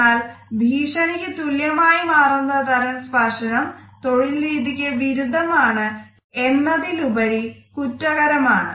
എന്നാൽ ഭീഷണിക്ക് തുല്യമായി മാറുന്ന തരം സ്പർശനം തൊഴിൽ രീതിക്ക് വിരുദ്ധമാണ് എന്നതിലുപരി കുറ്റകരം ആണ്